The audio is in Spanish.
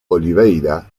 oliveira